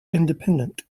independent